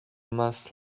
must